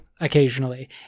occasionally